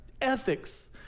ethics